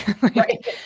Right